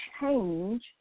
change